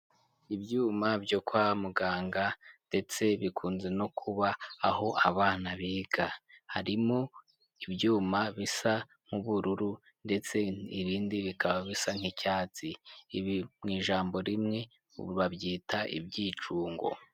Ibyuma byo kwa muganga ndetse bikunze no kuba aho abana biga, harimo ibyuma bisa nk'ubururu ndetse ibindi bikaba bisa nk'icyatsi, ibi mu ijambo rimwe ubu babyita ibyicungo.